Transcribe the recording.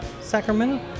Sacramento